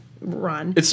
run